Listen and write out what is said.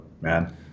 man